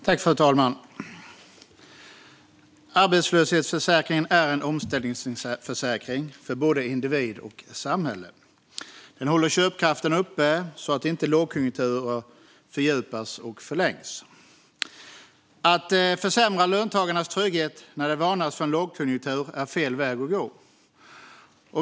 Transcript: Fru talman! Arbetslöshetsförsäkringen är en omställningsförsäkring för både individ och samhälle. Den håller köpkraften uppe så att inte lågkonjunkturer fördjupas och förlängs. Att försämra löntagarnas trygghet när det varnas för en lågkonjunktur är fel väg att gå.